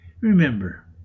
Remember